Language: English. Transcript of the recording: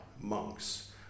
monks